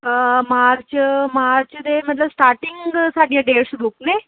March March ਦੇ ਮਤਲਬ starting ਸਾਡੀਆਂ ਡੇਟਸ ਬੁੱਕ ਨੇ